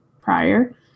prior